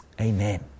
Amen